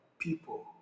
people